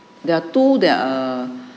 there are that are